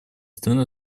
страны